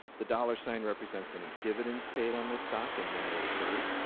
the dollar sign represents any dividends paid on this stock and when they were paid.